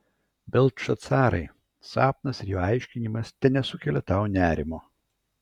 beltšacarai sapnas ir jo aiškinimas tenesukelia tau nerimo